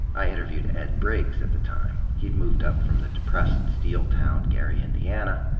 i interviewed ed briggs at the time, who'd moved up from the depressed steel town, gary, indiana,